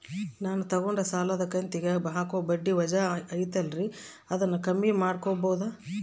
ನಾನು ತಗೊಂಡ ಸಾಲದ ಕಂತಿಗೆ ಹಾಕೋ ಬಡ್ಡಿ ವಜಾ ಐತಲ್ರಿ ಅದನ್ನ ಕಮ್ಮಿ ಮಾಡಕೋಬಹುದಾ?